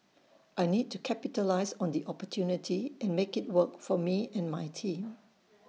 I need to capitalise on the opportunity and make IT work for me and my team